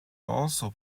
also